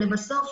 לבסוף,